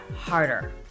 harder